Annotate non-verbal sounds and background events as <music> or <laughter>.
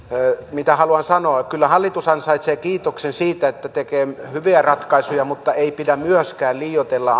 mitä haluan sanoa kyllä hallitus ansaitsee kiitoksen siitä että tekee hyviä ratkaisuja mutta ei pidä myöskään liioitella <unintelligible>